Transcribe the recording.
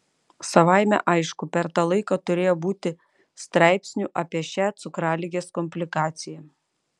savaime aišku per tą laiką turėjo būti straipsnių apie šią cukraligės komplikaciją